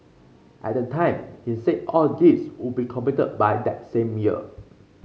at the time he said all these would be completed by that same year